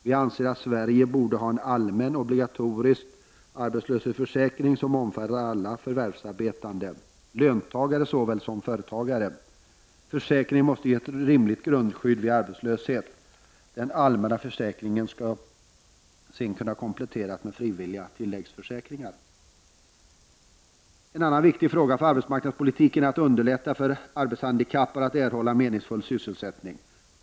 Vi anser att Sverige borde ha en allmän, obligatorisk arbetslöshetsförsäkring som omfattar alla förvärvsarbetande, löntagare såväl som företagare. Försäkringen måste ge ett rimligt grundskydd vid arbetslöshet. Den allmänna försäkringen skall sedan kunna kompletteras med frivilliga tilläggsförsäkringar. En annan viktig fråga för arbetsmarknadspolitiken är att underlätta för arbetshandikappade att erhålla meningsfull sysselsättning.